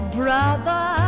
brother